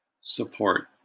Support